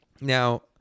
now